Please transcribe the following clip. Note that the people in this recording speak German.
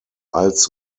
als